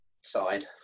side